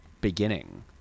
beginning